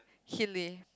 helli